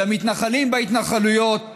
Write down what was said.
למתנחלים בהתנחלויות בודדות,